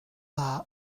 dda